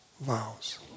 vows